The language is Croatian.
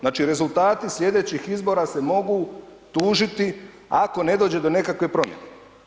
Znači rezultati sljedećih izbora se mogu tužiti ako ne dođe do nekakve promjene.